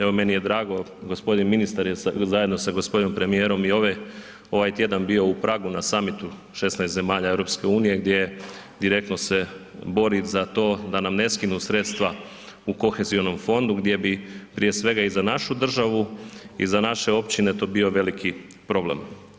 Evo meni je drago gospodin ministar zajedno sa gospodinom premijerom i ovaj tjedan bio u Pragu na summitu 16 zemalja EU gdje direktno se bori za to da nam ne skinu sredstva u Kohezionom fondu gdje bi prije svega i za našu državu i za naše općine to bio veliki problem.